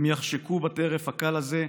הם יחשקו בטרף הקל הזה,